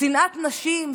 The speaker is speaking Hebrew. שנאת נשים?